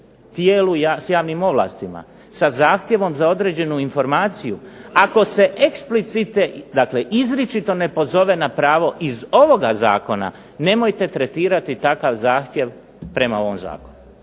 tijelu s javnim ovlastima, sa zahtjevom za određenu informaciju, ako se eksplicite, dakle izričito ne pozove na pravo iz ovoga zakona nemojte tretirati takav zahtjev prema ovom zakonu.